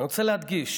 אני רוצה להדגיש: